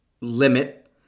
limit